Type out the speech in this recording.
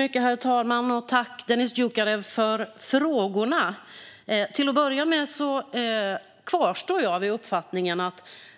Herr talman! Tack, Dennis Dioukarev, för frågorna! Till att börja med kvarstår jag vid uppfattningen i